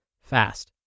fast